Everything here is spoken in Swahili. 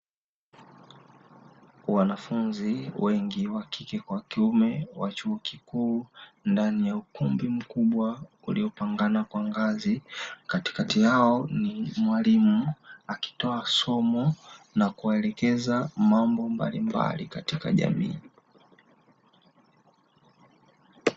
Wanafunzi wengi wa kike kwa wa kiume wa chuo kikuu ndani ya ukumbi mkubwa uliopangana kwa ngazi, katikati yao ni mwalimu akitoa somo na kuwaelekeza mambo mbalimbali katika jamii.